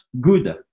good